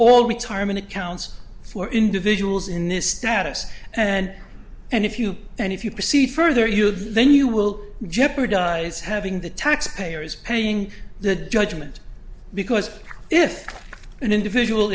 all retirement accounts for individuals in this status and and if you and if you proceed further you then you will jeopardize having the taxpayers paying the judgment because if an individual